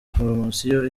promosiyo